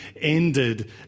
ended